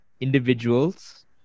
individuals